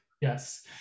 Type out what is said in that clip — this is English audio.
Yes